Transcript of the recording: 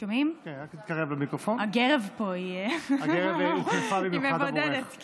הגרב פה, היא מבודדת.